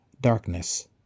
darkness